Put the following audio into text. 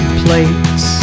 plates